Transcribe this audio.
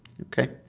Okay